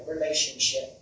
relationship